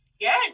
Yes